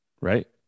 right